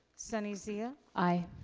sunny zia? aye.